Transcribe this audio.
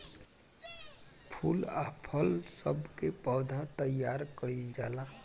फूल आ फल सब के पौधा तैयार कइल जाला